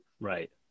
Right